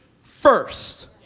first